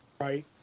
Right